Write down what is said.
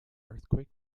earthquake